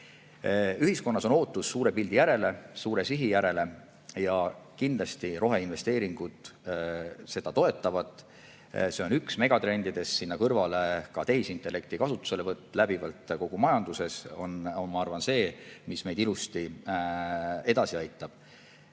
Ühiskonnas on ootus suure pildi järele, suure sihi järele ja kindlasti roheinvesteeringud seda toetavad. See on üks megatrendidest. Sinna kõrvale ka tehisintellekti kasutuselevõtt läbivalt kogu majanduses on minu arvates see, mis meid ilusti edasi aitab. Jah,